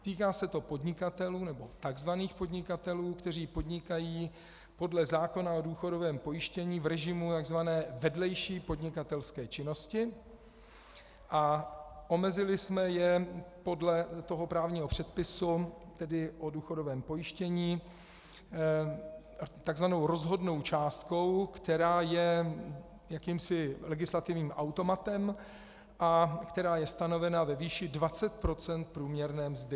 Týká se to podnikatelů, nebo takzvaných podnikatelů, kteří podnikají podle zákona o důchodovém pojištění v režimu tzv. vedlejší podnikatelské činnosti, a omezili jsme je podle toho právního předpisu, tedy o důchodovém pojištění, takzvanou rozhodnou částkou, která je jakýmsi legislativním automatem a která je stanovena ve výši 20 % průměrné mzdy.